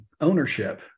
ownership